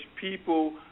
people